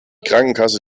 krankenkasse